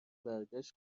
برگشت